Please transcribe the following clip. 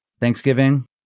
Thanksgiving